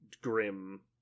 grim